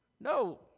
No